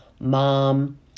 mom